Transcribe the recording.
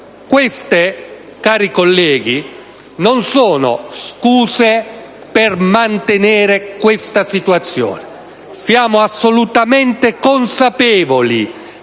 Queste, colleghi, non sono scuse per mantenere la situazione attuale. Siamo assolutamente consapevoli